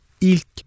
ilk